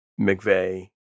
McVeigh